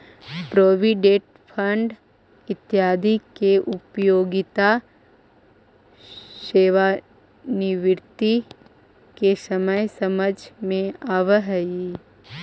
provident fund इत्यादि के उपयोगिता सेवानिवृत्ति के समय समझ में आवऽ हई